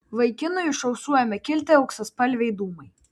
vaikinui iš ausų ėmė kilti auksaspalviai dūmai